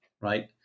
right